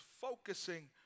focusing